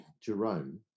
jerome